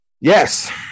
Yes